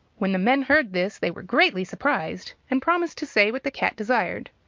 when the men heard this they were greatly surprised, and promised to say what the cat desired.